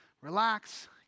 Relax